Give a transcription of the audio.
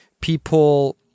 people